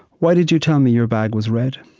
why did you tell me your bag was red?